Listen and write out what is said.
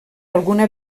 alguna